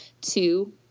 Two